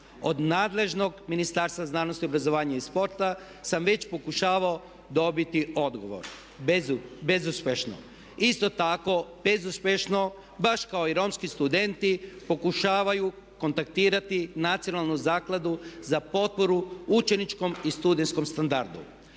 Od nadležnog Ministarstva znanosti, obrazovanja i sporta sam već pokušavao dobiti odgovor, bezuspješno. Isto tako bezuspješno baš kao i romski studenti pokušavaju kontaktirati Nacionalnu zakladu za potporu učeničkom i studentskom standardu.